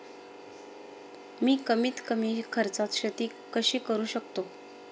मी कमीत कमी खर्चात शेती कशी करू शकतो?